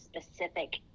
specific